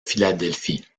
philadelphie